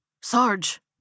Sarge